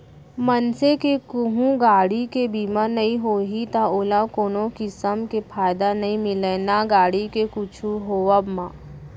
मनसे के कहूँ गाड़ी के बीमा नइ होही त ओला कोनो किसम के फायदा नइ मिलय ना गाड़ी के कुछु होवब म